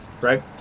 right